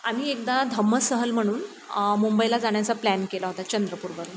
आम्ही एकदा धम्म सहल म्हणून मुंबईला जाण्याचा प्लॅन केला होता चंद्रपूरवरून